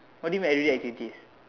what do you mean everyday activities